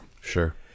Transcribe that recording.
Sure